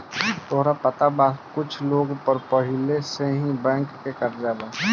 तोहरा पता बा कुछ लोग पर पहिले से ही बैंक के कर्जा बा